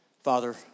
Father